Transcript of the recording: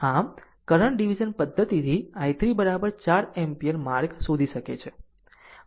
આમ current division પદ્ધતિથી i3 4 ampere માર્ગ શોધી શકે છે